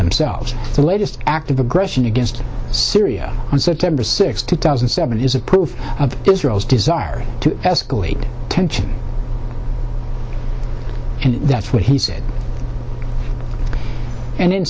themselves the latest act of aggression against syria on september sixth two thousand and seven is a proof of israel's desire to escalate tensions and that's what he said and in